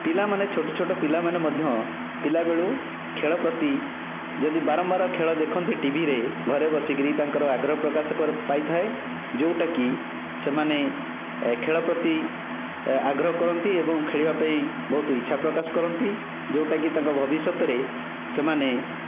ପିଲାମାନେ ଛୋଟ ଛୋଟ ପିଲାମାନେ ମଧ୍ୟ ପିଲାବେଳୁ ଖେଳ ପ୍ରତି ଯଦି ବାରମ୍ବାର ଖେଳ ଦେଖନ୍ତି ଟିଭିରେ ଘରେ ବସିକରି ତାଙ୍କର ଆଗ୍ରହ ପ୍ରକାଶ କରି ପାଇଥାଏ ଯେଉଁଟାକି ସେମାନେ ଖେଳ ପ୍ରତି ଆଗ୍ରହ କରନ୍ତି ଏବଂ ଖେଳିବା ପାଇଁ ବହୁତ ଇଛା ପ୍ରକାଶ କରନ୍ତି ଯେଉଁଟାକି ତାଙ୍କ ଭବିଷ୍ୟତରେ ସେମାନେ